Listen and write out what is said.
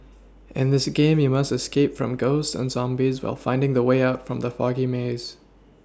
in this game you must escape from ghosts and zombies while finding the way out from the foggy maze